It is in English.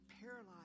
paralyzed